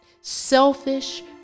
Selfish